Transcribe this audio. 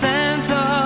Santa